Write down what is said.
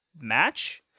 match